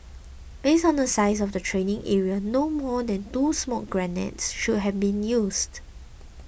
based on the size of the training area no more than two smoke grenades should have been used